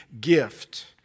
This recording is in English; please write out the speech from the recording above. gift